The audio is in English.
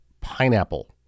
pineapple